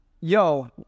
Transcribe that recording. yo